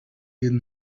did